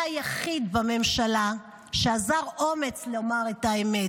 היה היחיד בממשלה שאזר אומץ לומר את האמת,